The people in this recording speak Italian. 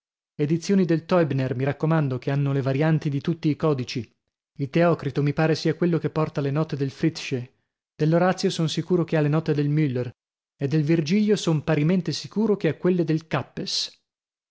edizioni del teubner mi raccomando che hanno le varianti di tutti i codici il teocrito mi pare sia quello che porta le note del fritzche dell'orazio son sicuro che ha le note del mueller e del virgilio son parimente sicuro che ha quelle del kappes